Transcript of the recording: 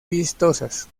vistosas